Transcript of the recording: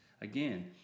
again